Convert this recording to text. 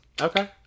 Okay